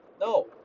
No